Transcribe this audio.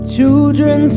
Children